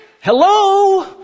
hello